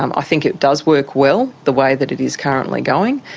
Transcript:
um i think it does work well the way that it is currently going,